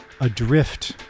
Adrift